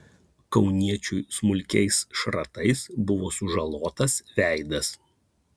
kauniečiui smulkiais šratais buvo sužalotas veidas